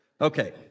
Okay